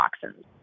toxins